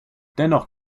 dennoch